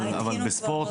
אבל בספורט,